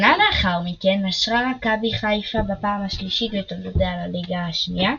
שנה לאחר מכן נשרה מכבי חיפה בפעם השלישית בתולדותיה לליגה השנייה,